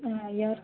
ಹಾಂ ಯಾರು